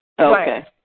Okay